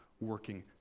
working